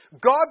God